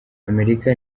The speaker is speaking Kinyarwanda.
amerika